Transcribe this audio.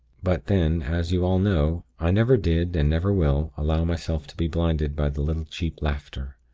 but, then, as you all know, i never did, and never will, allow myself to be blinded by the little cheap laughter.